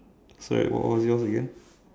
sorry what what was yours again